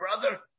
brother